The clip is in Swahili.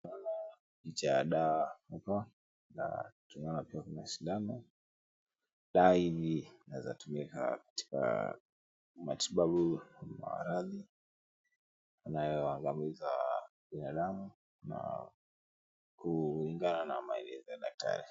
Tunaona picha ya dawa hapa na tunaona pia kuna sindano. Dawa hivi inaweza tumika katika matibabu ya maradhi yanayoangamiza binadamu na kulingana na maelezo ya daktari.